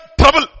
trouble